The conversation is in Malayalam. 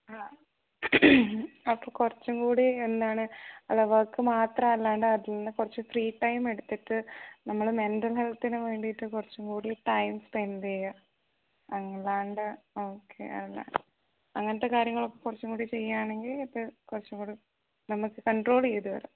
ആ അപ്പോൾ കുറച്ചും കൂടി എന്താണ് അല്ല വർക്ക് മാത്രം അല്ലാണ്ട് അതിൽ നിന്ന് കുറച്ച് ഫ്രീ ടൈം എടുത്തിട്ട് നമ്മൾ മെൻ്റൽ ഹെൽത്തിന് വേണ്ടിയിട്ട് കുറച്ചും കൂടി ടൈം സ്പെൻഡ് ചെയ്യുക അല്ലാണ്ട് ഓക്കെ അല്ലാണ്ട് അങ്ങനത്തെ കാര്യങ്ങളൊക്കെ കുറച്ചുകൂടി ചെയ്യുകയാണെങ്കിൽ ഇത് കുറച്ചുംകൂടി നമുക്ക് കൺട്രോൾ ചെയ്തു വരും